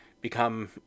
become